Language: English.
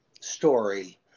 story